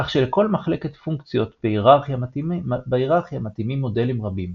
כך שלכל מחלקת פונקציות בהיררכיה מתאימים מודלים רבים,